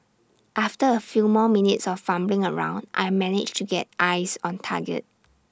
after A few more minutes of fumbling around I managed to get eyes on target